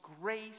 grace